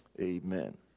amen